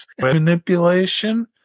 manipulation